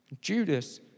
Judas